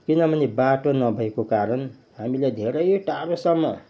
किनभने बाटो नभएको कारण हामीलाई धेरै टाढोसम्म